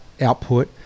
output